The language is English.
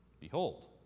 Behold